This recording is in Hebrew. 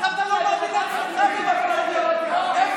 איך אתה לא מאמין לעצמך במה שאתה אומר?